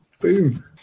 Boom